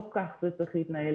לא כך זה צריך להתנהל.